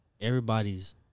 everybody's